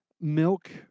milk